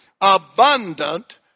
abundant